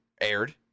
aired